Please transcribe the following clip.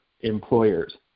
employers